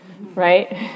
right